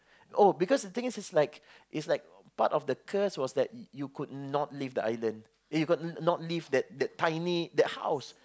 oh because the thing is it's like it's like part of the curse was that you you could not leave that island you could not live that tiny that house